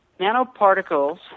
Nanoparticles